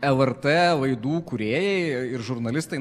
lrt laidų kūrėjai ir žurnalistai